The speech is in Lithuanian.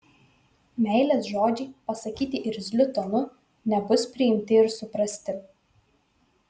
meilės žodžiai pasakyti irzliu tonu nebus priimti ir suprasti